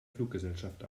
fluggesellschaft